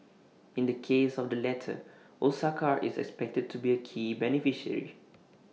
in the case of the latter Osaka is expected to be A key beneficiary